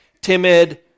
timid